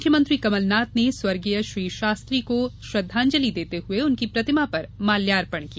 मुख्यमंत्री कमल नाथ ने स्वर्गीय श्री शास्त्री को श्रद्वांजलि देते हुए उनकी प्रतिमा पर माल्यार्पण किया